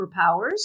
superpowers